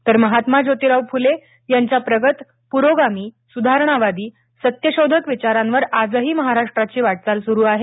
तर महात्मा जोतिराव फुले यांच्या प्रगत पुरोगामीसुधारणावादी सत्यशोधक विचारांवर आजही महाराष्ट्राची वाटचाल सुरू आहे